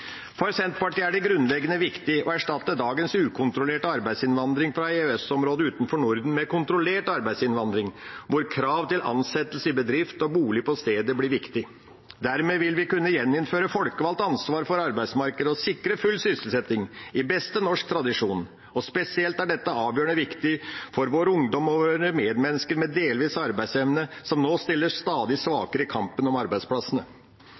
For Senterpartiet er det grunnleggende viktig å erstatte dagens ukontrollerte arbeidsinnvandring fra EØS-området utenfor Norden med kontrollert arbeidsinnvandring, hvor krav til ansettelse i bedrift og bolig på stedet blir viktig. Dermed vil vi kunne gjeninnføre folkevalgt ansvar for arbeidsmarkedet og sikre full sysselsetting i beste norske tradisjon. Spesielt er dette avgjørende viktig for vår ungdom og våre medmennesker med delvis arbeidsevne som nå stiller stadig svakere i kampen om arbeidsplassene.